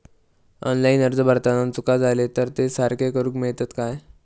Online अर्ज भरताना चुका जाले तर ते सारके करुक मेळतत काय?